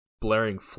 blaring